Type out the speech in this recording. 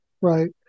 Right